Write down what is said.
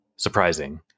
surprising